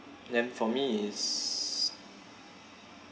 then for me is